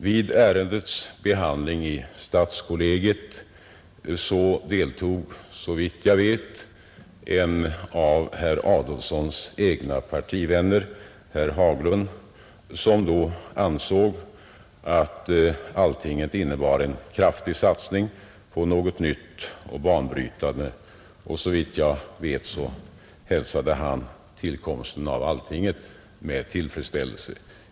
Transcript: Vid ärendets behandling i stadskollegiet deltog en av herr Adolfssons egna partivänner, herr Haglund, som enligt uppgift ansåg att Alltinget innebar en kraftig satsning på något nytt och banbrytande och hälsade dess tillkomst med tillfredsställelse.